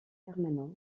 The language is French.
permanent